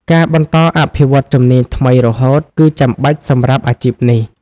ការបន្តអភិវឌ្ឍន៍ជំនាញថ្មីរហូតគឺចាំបាច់សម្រាប់អាជីពនេះ។